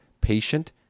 patient